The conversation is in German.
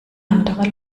anderer